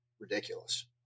ridiculous